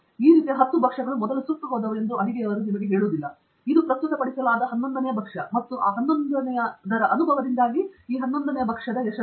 ಈ ರೀತಿಯ ಹತ್ತು ಭಕ್ಷ್ಯಗಳು ಮೊದಲು ಸುಟ್ಟುಹೋದವು ಎಂದು ಅಡುಗೆ ನಿಮಗೆ ಹೇಳುವುದಿಲ್ಲ ಇದು ಪ್ರಸ್ತುತಪಡಿಸಲಾದ ಹನ್ನೊಂದನೆಯದು ಮತ್ತು ಆ ಹನ್ನೊಂದನೆಯದರ ಅನುಭವದಿಂದಾಗಿ ಈ ಹನ್ನೊಂದನೆಯದು ಯಶಸ್ಸು